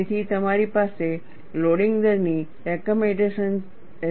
તેથી તમારી પાસે લોડિંગ દરની રેકમેન્ડેશન્સ છે